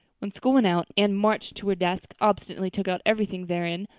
when school went out anne marched to her desk, ostentatiously took out everything therein,